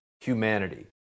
humanity